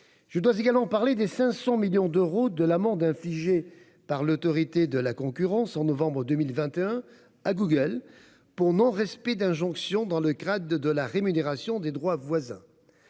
Je veux également mentionner les 500 millions d'euros d'amende infligés par l'Autorité de la concurrence en juillet 2021 à Google pour non-respect d'injonctions au titre de la rémunération des droits voisins